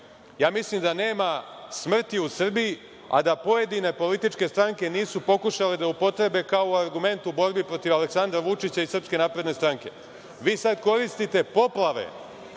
mislim da nema smrti u Srbiji a da pojedine političke stranke nisu pokušale da upotrebe kao argument u borbi protiv Aleksandra Vučića i SNS. Vi sada koristite poplave